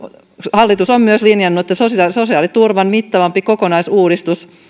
hallitus on linjannut myös että sosiaaliturvan mittavampi kokonaisuudistus